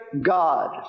God